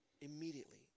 immediately